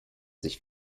sich